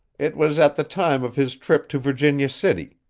it was at the time of his trip to virginia city.